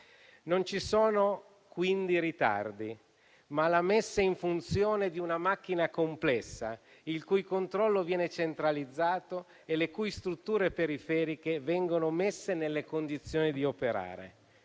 Non ci sono quindi ritardi, ma la messa in funzione di una macchina complessa, il cui controllo viene centralizzato e le cui strutture periferiche vengono messe nelle condizioni di operare.